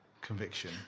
conviction